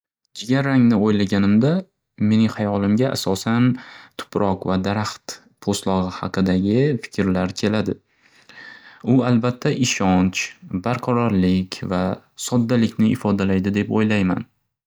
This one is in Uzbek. Jigar rangni o'ylaganimda, mening hayolimga asosan tuproq va daraxt poʻslogʻi haqidagi fikrlar keladi. U albatta, ishonch, barqarorlik va soddalikni ifodalaydi deb o'ylayman.